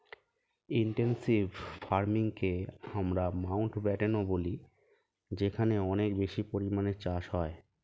intensive ফার্মিংকে আমরা মাউন্টব্যাটেনও বলি যেখানে অনেক বেশি পরিমাণে চাষ হয়